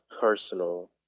personal